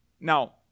Now